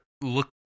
look